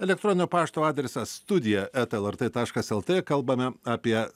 elektroninio pašto adresas studija eta lrt taškas lt kalbame apie